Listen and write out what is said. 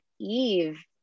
Eve